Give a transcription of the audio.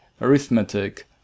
arithmetic